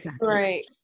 right